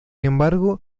embargo